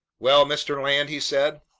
well, mr. land? he said.